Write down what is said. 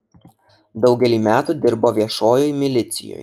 daugelį metų dirbo viešojoj milicijoj